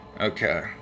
Okay